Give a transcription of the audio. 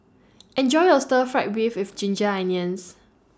Enjoy your Stir Fried Beef with Ginger Onions